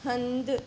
हंधु